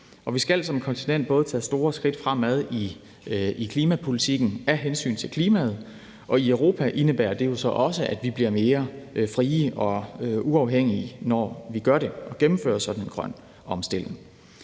Vi skal som kontinent både tage store skridt fremad i klimapolitikken af hensyn til klimaet, og i Europa indebærer det jo så også, at vi, når vi gør det og vi gennemfører sådan en grøn omstilling,